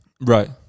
Right